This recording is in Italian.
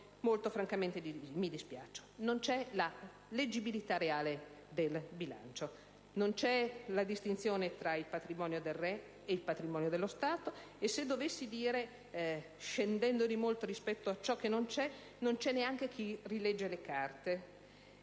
molto mi dispiaccio. Non c'è la leggibilità reale del bilancio. Non c'è la distinzione tra il patrimonio del re e il patrimonio dello Stato. E se dovessi dire, scendendo di molto rispetto a ciò che non c'è, non c'è neanche chi rilegga le carte